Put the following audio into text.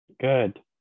Good